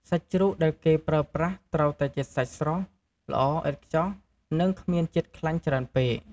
សាច់ជ្រូកដែលគេប្រើប្រាស់ត្រូវតែជាសាច់ស្រស់ ល្អឥតខ្ចោះ និងគ្មានជាតិខ្លាញ់ច្រើនពេក។